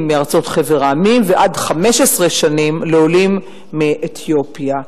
לעולים מחבר המדינות ועד 15 שנים לעולים מאתיופיה.